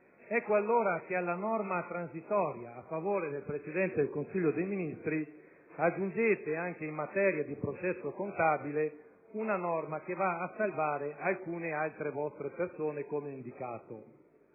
Ecco allora che, alla norma transitoria a favore del Presidente del Consiglio dei ministri, anche in materia di processo contabile aggiungete una norma che vale a salvare alcune altre vostre persone, come indicato.